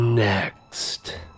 NEXT